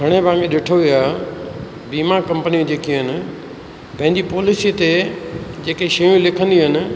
घणे भाङे ॾिठो वियो आहे बीमा कंपनियूं जेके आहिनि पंहिंजी पॉलिसीअ ते जेके शयूं लिखंदियूं आहिनि